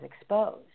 exposed